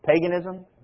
paganism